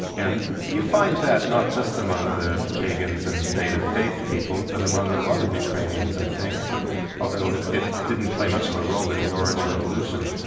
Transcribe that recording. and you find that not just among the pagans and native faith people, but among a lot of ukrainians, i think, but although it didn't play much of a role in the orange revolution,